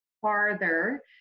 farther